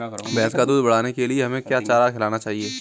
भैंस का दूध बढ़ाने के लिए हमें क्या चारा खिलाना चाहिए?